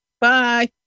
Bye